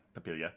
Papilia